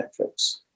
Netflix